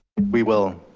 we will